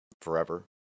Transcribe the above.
forever